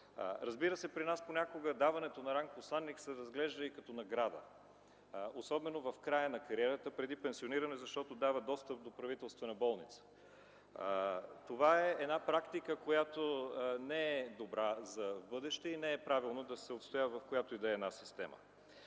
гръбнак. При нас понякога даването на ранг посланик се разглежда и като награда, особено в края на кариерата, преди пенсиониране, защото дава достъп до Правителствена болница. Това е практика, която не е добра за в бъдеще и не е правилно да се отстоява от която и да е система.